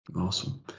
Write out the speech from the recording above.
Awesome